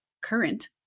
current